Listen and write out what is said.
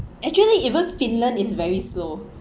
actually even finland is very slow